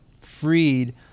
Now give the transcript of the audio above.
freed